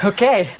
Okay